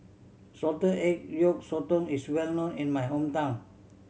salted egg yolk sotong is well known in my hometown